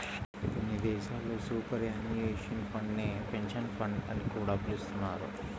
కొన్ని దేశాల్లో superannuation fund నే పెన్షన్ ఫండ్ అని కూడా పిలుస్తున్నారు